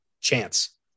chance